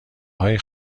های